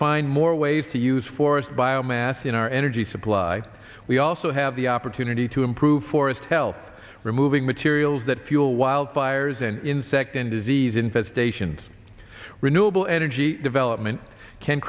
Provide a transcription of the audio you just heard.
find more ways to use force biomass in our energy supply we also have the opportunity to improve forest help removing materials that fuel wildfires and insect and disease infestations renewable energy development can